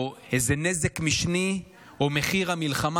או איזה נזק משני, או מחיר המלחמה.